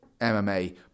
MMA